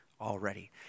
already